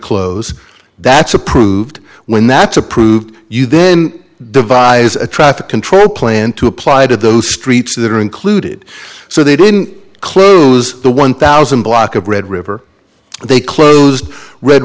close that's approved when that's approved you then devise a traffic control plan to apply to those streets that are included so they didn't close the one thousand block of red river they closed red